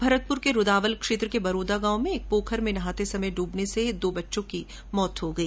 भरतपुर के रूदावल क्षेत्र के बरोदा गांव में एक पोखर में नहाते समय ड्बने से दो बच्चों की मौत हो गई